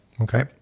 Okay